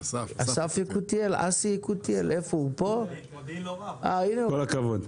כל הכבוד.